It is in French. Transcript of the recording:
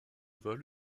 vol